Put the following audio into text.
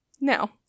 Now